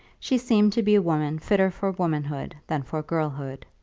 she seemed to be a woman fitter for womanhood than for girlhood.